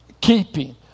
Keeping